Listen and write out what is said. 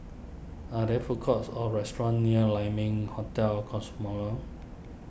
are there food courts or restaurants near Lai Ming Hotel Cosmoland